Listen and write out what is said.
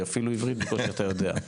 המולדובי, אפילו עברית בקושי אתה יודע".